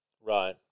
right